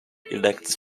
elects